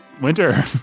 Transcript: Winter